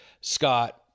Scott